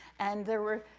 and there were,